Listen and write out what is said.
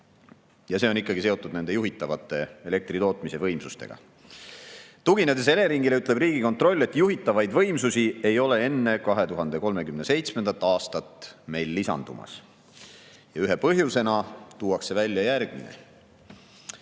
ja see on ikkagi seotud juhitavate elektritootmise võimsustega. Tuginedes Eleringile, ütleb Riigikontroll, et juhitavaid võimsusi ei ole enne 2037. aastat meil lisandumas. Ühe põhjusena tuuakse välja see,